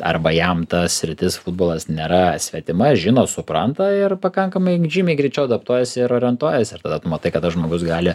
arba jam ta sritis futbolas nėra svetima žino supranta ir pakankamai žymiai greičiau adaptuojasi ir orientuojasi ir tada tu matai kad tas žmogus gali